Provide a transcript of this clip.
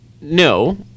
no